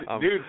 Dude